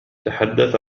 تحدث